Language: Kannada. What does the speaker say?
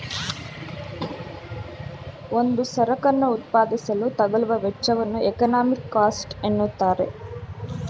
ಒಂದು ಸರಕನ್ನು ಉತ್ಪಾದಿಸಲು ತಗಲುವ ವೆಚ್ಚವನ್ನು ಎಕಾನಮಿಕ್ ಕಾಸ್ಟ್ ಎನ್ನುತ್ತಾರೆ